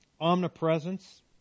Omnipresence